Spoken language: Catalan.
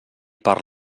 per